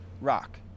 rock